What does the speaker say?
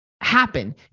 happen